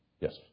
Yes